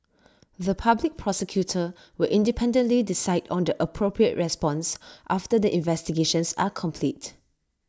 the Public Prosecutor will independently decide on the appropriate response after the investigations are complete